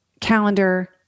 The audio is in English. calendar